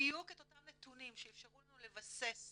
בדיוק את אותם נתונים שיאפשרו לנו לבסס